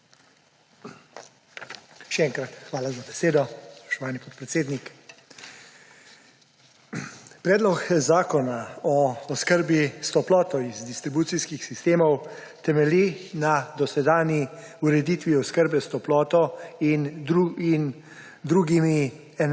Še enkrat hvala za besedo, spoštovani podpredsednik. Predlog zakona o oskrbi s toploto iz distribucijskih sistemov temelji na dosedanji ureditvi oskrbe s toploto in drugimi